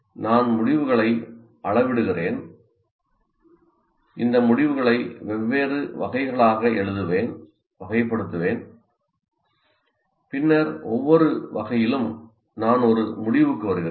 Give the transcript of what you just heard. நான் முடிவுகளை அளவிடுகிறேன் இந்த முடிவுகளை வெவ்வேறு வகைகளாக எழுதுவேன் வகைப்படுத்துவேன் பின்னர் ஒவ்வொரு வகையிலும் நான் ஒரு முடிவுக்கு வருகிறேன்